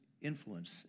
influence